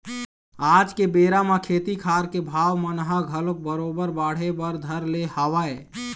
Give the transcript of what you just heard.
आज के बेरा म खेती खार के भाव मन ह घलोक बरोबर बाढ़े बर धर ले हवय